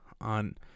on